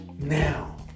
now